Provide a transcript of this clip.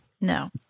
No